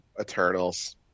Eternals